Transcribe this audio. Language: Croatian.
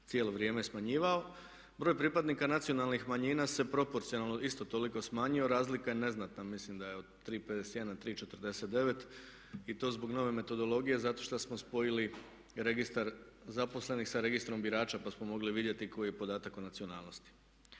cijelo vrijeme smanjivao. Broj pripadnika nacionalnih manjina se proporcionalno isto toliko smanjio, razlika je neznatna, mislim da je od 3,51 na 3,49 i to zbog nove metodologije zato što smo spojili registar zaposlenih sa registrom birača pa smo mogli vidjeti koji je podatak o nacionalnosti.